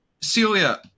Celia